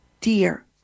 dear